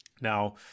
Now